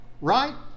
right